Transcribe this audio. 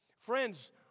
Friends